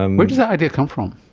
and where does that idea come from?